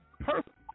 Perfect